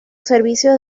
servicios